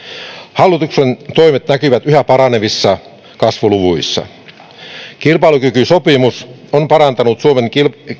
hallituksen toimet näkyvät yhä paranevissa kasvuluvuissa kilpailukykysopimus on parantanut suomen